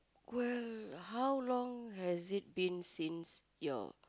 well how long has it been since your